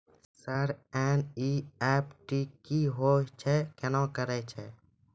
Sir NEFT की होय छै, केना करे छै?